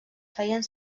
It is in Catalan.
feien